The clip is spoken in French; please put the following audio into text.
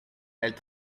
elles